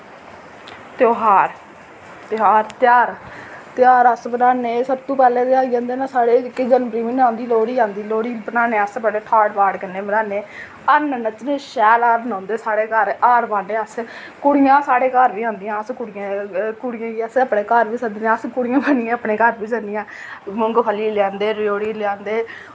तेहार तेहार तेहार तेहार अस बनान्ने सबतों पैह्लें ते आई जंदे न साढ़े जेह्के जनवरी म्हीने औंदी लोह्ड़ी औंदी लोह्ड़ी बनान्ने अस बड़े ठाट बाट कन्नै बनाने हर्न नचने शैल हर्न औंदे साढ़े घर हार पान्ने अस कुड़ियां साढ़े घर बी औंदियां अस कुड़ियें कुड़ियें गी अस अपने घर बी सद्दने अस कुड़ियें अपने घर बी जन्नियां मूंगफली लेआंदे रेओड़ी लेआंदे